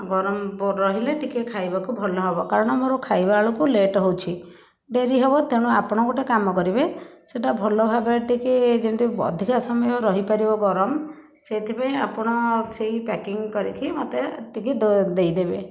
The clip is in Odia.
ଗରମ ବ ରହିଲେ ଟିକେ ଖାଇବାକୁ ଭଲ ହବ କାରଣ ମୋର ଖାଇବା ବେଳକୁ ମୋର ଲେଟ ହଉଛି ଡେରି ହବ ତେଣୁ ଆପଣ ଗୋଟେ କାମ କରିବେ ସେଇଟା ଭଲ ଭାବରେ ଟିକେ ଯେମିତି ଅଧିକ ସମୟ ରହିପାରିବ ଗରମ ସେଥିପାଇଁ ଆପଣ ସେହି ପ୍ୟାକିଂ କରିକି ମୋତେ ଟିକେ ଦ ଦେଇ ଦେବେ